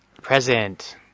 Present